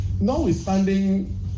notwithstanding